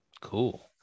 Cool